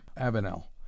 Avenel